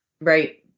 Right